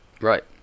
Right